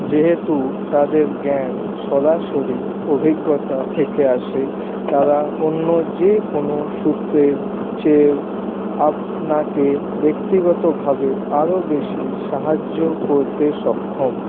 যেহেতু তাদের জ্ঞান সরাসরি অভিজ্ঞতা থেকে আসে তারা অন্য যে কোনো সূূত্রের চেয়েও আপনাকে ব্যক্তিগতভাবে আরো বেশি সাহায্য করতে সক্ষম